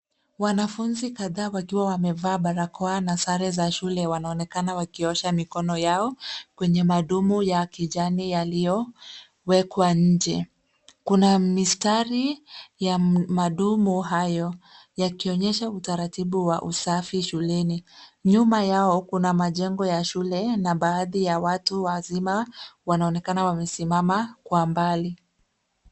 Wanafunzi kadhaa wakiwa wamevaa barakoa na sare za shule wanaonekana wakiosha mikono yao kwenye madumu ya kijani yaliyowekwa nje. Kuna mistari ya madumu hayo yakionyesha utaratibu wa usafi shuleni. Nyuma yao kuna majengo ya shule na baadhi ya watu wazima wanaonekana wamesimama kwa mbali.